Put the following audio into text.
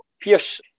Pierce